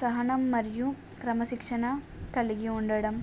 సహనం మరియు క్రమశిక్షణ కలిగి ఉండడం